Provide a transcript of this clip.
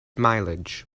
mileage